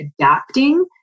adapting